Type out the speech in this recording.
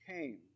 came